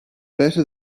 better